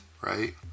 right